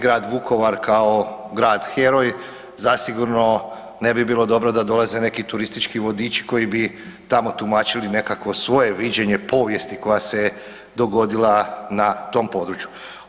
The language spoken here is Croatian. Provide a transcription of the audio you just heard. Grad Vukovar kao grad heroj zasigurno ne bi bilo dobro da dolaze neki turistički vodiči koji bi tamo tumačili nekakvo svoje viđenje povijesti koja se je dogodila na tom području.